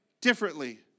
differently